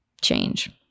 change